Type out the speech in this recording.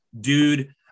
dude